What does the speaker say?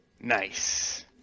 Nice